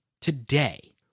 today